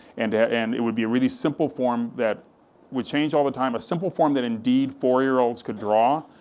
and and it would be a really simple form that would change all the time, a simple form that indeed, four year-olds could draw.